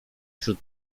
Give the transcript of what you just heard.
wśród